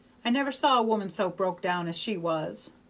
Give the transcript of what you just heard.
i never saw a woman so broke down as she was.